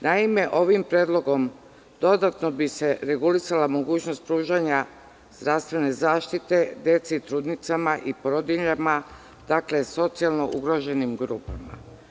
Naime, ovim predlogom dodatno bi se regulisala mogućnost pružanja zdravstvene zaštite deci i trudnicama i porodiljama, socijalno ugroženim grupama.